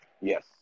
Yes